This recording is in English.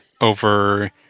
over